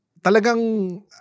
talagang